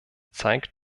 zeigt